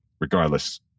regardless